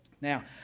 Now